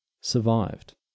survived